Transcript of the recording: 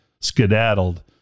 skedaddled